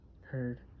heard